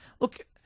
Look